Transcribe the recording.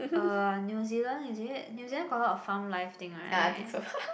uh New-Zealand is it New-Zealand got a lot of farm life thing right